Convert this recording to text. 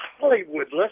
Hollywood